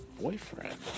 boyfriend